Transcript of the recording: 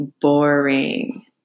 boring